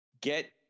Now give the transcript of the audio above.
Get